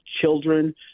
children